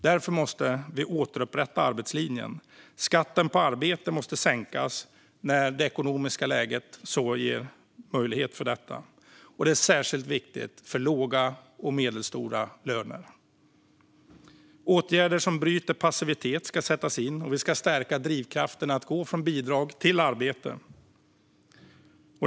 Därför måste vi återupprätta arbetslinjen. Skatten på arbete måste sänkas när det ekonomiska läget ger möjlighet till det. Det är särskilt viktigt för människor med låga och medelhöga löner. Åtgärder som bryter passivitet ska sättas in, och vi ska stärka drivkraften att gå från bidrag till arbete.